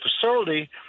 facility